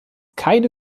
keine